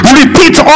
repeat